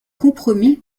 compromis